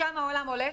לשם העולם הולך,